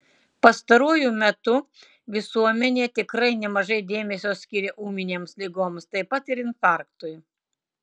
pastaruoju metu visuomenė tikrai nemažai dėmesio skiria ūminėms ligoms taip pat ir infarktui